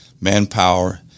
manpower